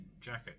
jacket